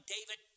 David